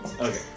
Okay